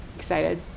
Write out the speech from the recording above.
excited